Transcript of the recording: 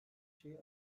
şeyi